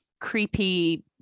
creepy